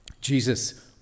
Jesus